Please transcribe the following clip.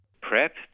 PrEP